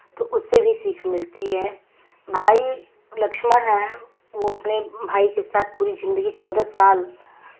तो उससे भी सीख मिलती है भाई लक्ष्मण हैं वो अपने भाई के साथ पूरी ज़िंदगी चौदह साल